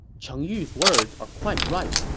cheng yu's words are quite right.